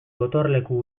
gotorleku